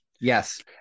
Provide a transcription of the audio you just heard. Yes